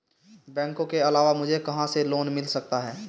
बैंकों के अलावा मुझे कहां से लोंन मिल सकता है?